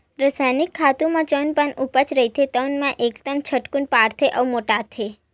रसायनिक खातू म जउन बन उपजे रहिथे तउन ह एकदम झटकून बाड़थे अउ मोटाथे